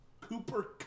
Cooper